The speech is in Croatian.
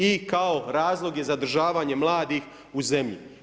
I kao razlog je zadržavanje mladih u zemlji.